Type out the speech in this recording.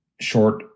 short